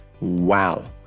Wow